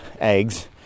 eggs